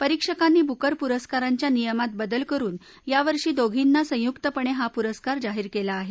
परिक्षकांनी Booker पुरस्कारांच्या नियमात बदल करुन यावर्षी दोघींना संयुक्तपणे हा पुरस्कार जाहीर केला आहे